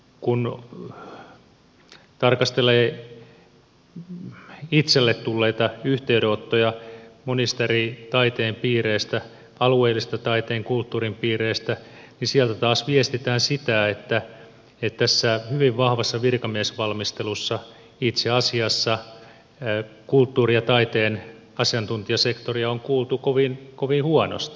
kun tarkastelee itselle tulleita yhteydenottoja monista eri taiteen piireistä alueellisista taiteen kulttuurin piireistä niin sieltä taas viestitään sitä että tässä hyvin vahvassa virkamiesvalmistelussa itse asiassa kulttuurin ja taiteen asiantuntijasektoria on kuultu kovin huonosti